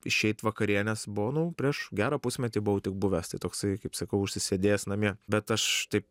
išeit vakarienės buvo nu prieš gerą pusmetį buvau tik buvęs tai toksai kaip sakau užsisėdėjęs namie bet aš taip